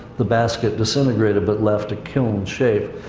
the basket disintegrated, but left a kiln shape.